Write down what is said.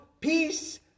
Peace